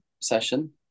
session